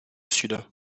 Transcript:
sud